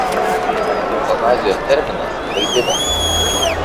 pats eutanazijos terminas klaidinantis